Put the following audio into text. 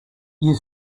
you